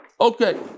Okay